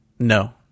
No